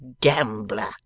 gambler